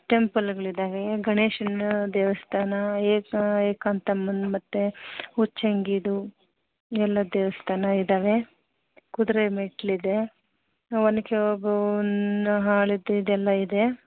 ಟೆಂಪಲ್ಗಳಿದವೆ ಗಣೇಶನ ದೇವಸ್ಥಾನ ಏಕ ಏಕಾಂತಮ್ಮನ ಮತ್ತು ಉಚ್ಚಂಗಿದು ಎಲ್ಲ ದೇವಸ್ಥಾನ ಇದಾವೆ ಕುದುರೆ ಮೆಟ್ಲು ಇದೆ ಒನಕೆ ಓಬವ್ವನ ಇದೆಲ್ಲ ಇದೆ